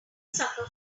sucker